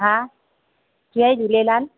हा जय झूलेलाल